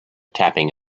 tapping